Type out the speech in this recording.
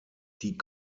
die